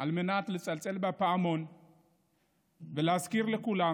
על מנת לצלצל בפעמון ולהזכיר לכולם